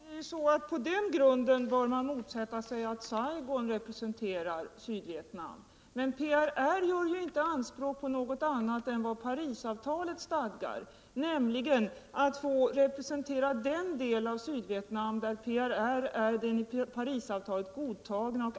Herr talman! På den grunden bör man motsätta sig att Saigon repre senterar Sydvietnam. Men PRR gör ju inte anspråk på annat än vad Parisavtalet stadgar, nämligen att få representera den del av Sydvietnam där PRR är den enligt Parisavtalet erkända administrationen.